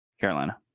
carolina